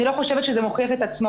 אני לא חושבת שזה מוכיח את עצמו,